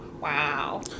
wow